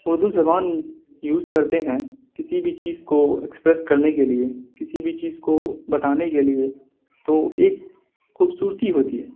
اردو زبان یوز کرتے ہیں کسی بھی چیز کو ایکسپریس کرنے کے لیے کسی بھی چیز کو بتانے کے لیے تو ایک خوبصورتی ہوتی ہے